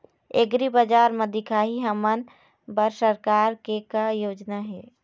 एग्रीबजार म दिखाही हमन बर सरकार के का योजना हे?